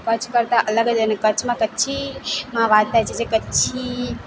કચ્છ કરતાં અલગ જ અને કચ્છમાં કચ્છી માં વાત થાય છે જે કચ્છી